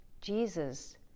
Jesus